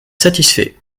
satisfait